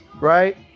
right